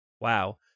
wow